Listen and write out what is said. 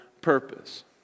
purpose